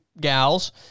gals